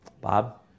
Bob